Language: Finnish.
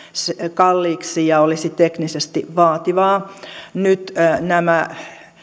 kalliiksi ja olisi teknisesti vaativaa nyt nämä